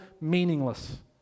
meaningless